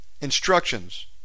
instructions